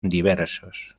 diversos